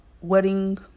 wedding